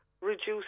reduce